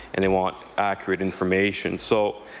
and they want accurate information. so